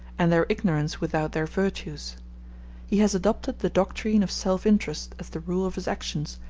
and their ignorance without their virtues he has adopted the doctrine of self-interest as the rule of his actions,